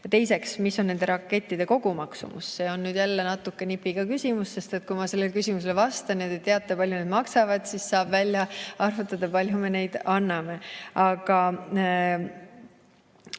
Teiseks, mis on nende rakettide kogumaksumus? See on nüüd jälle natuke nipiga küsimus, sest kui ma sellele küsimusele vastan ja te teate, kui palju need maksavad, siis saab välja arvutada, kui palju me anname. Aga